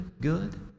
good